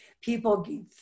people